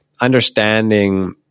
understanding